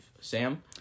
Sam